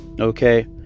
okay